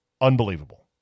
unbelievable